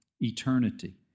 eternity